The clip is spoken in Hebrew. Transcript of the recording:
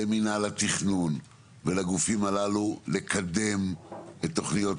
למינהל התכנון ולגופים הללו לקדם תוכניות,